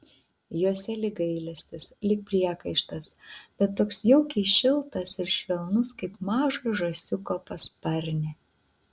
jose lyg gailestis lyg priekaištas bet toks jaukiai šiltas ir švelnus kaip mažo žąsiuko pasparnė